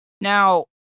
now